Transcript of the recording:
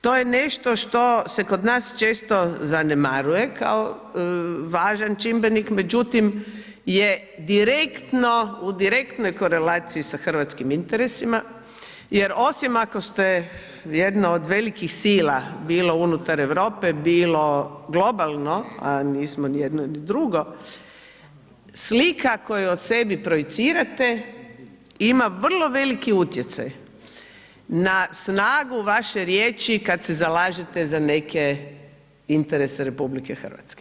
To je nešto što se kod nas često zanemaruje kao važan čimbenik međutim je direktno u direktnoj korelaciji sa hrvatskim interesima jer osim ako ste jedna od velikih sila bilo unutar Europe, bilo globalno a nismo ni jedno ni drugo, slika koju o sebi projicirate ima vrlo veliki utjecaj na snagu vaše riječi kada se zalažete za neke interese RH.